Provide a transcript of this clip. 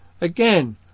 Again